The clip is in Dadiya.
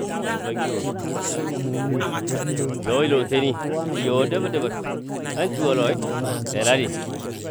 you a lɔ tani tən you dəbər dəbər an su a lɔi kela dɨɨ.